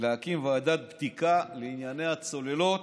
להקים ועדת בדיקה לענייני הצוללות.